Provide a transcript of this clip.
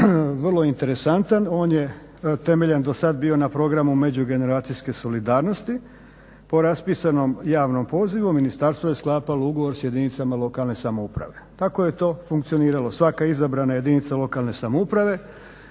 vrlo interesantan. On je temeljem dosad bio na programu međugeneracijske solidarnosti, po raspisanom javnom pozivu ministarstvo je sklapalo ugovor s jedinicama lokalne samouprave. Tako je to funkcioniralo. Svaka izabrana jedinica lokalne samouprave